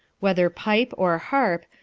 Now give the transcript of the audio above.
whether pipe or harp,